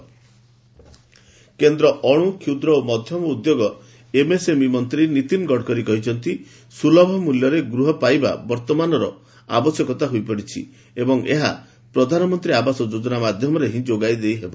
Gadkari affordable housing କେନ୍ଦ୍ର ଅଣୁ କ୍ଷୁଦ୍ର ଓ ମଧ୍ୟମ ଉଦ୍ୟୋଗ ଏମ୍ଏସ୍ଏମ୍ଇ ମନ୍ତ୍ରୀ ନୀତିନ୍ ଗଡ଼କରି କହିଛନ୍ତି ସୁଲଭ ମୂଲ୍ୟରେ ଗୃହ ପାଇବା ବର୍ତ୍ତମାନ ସମୟରେ ଆବଶ୍ୟକତା ହୋଇପଡ଼ିଛି ଏବଂ ଏହା ପ୍ରଧାନମନ୍ତ୍ରୀ ଆବାସ ଯୋଜନା ମାଧ୍ୟମରେ ହିଁ ଯୋଗାଇ ଦେଇହେବ